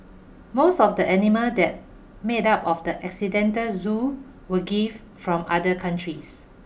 most of the animal that made up of the accidental zoo were gift from other countries